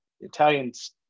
italians